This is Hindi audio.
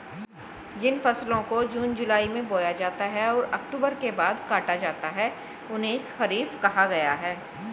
जिन फसलों को जून जुलाई में बोया जाता है और अक्टूबर के बाद काटा जाता है उन्हें खरीफ कहा गया है